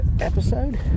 episode